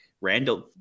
Randall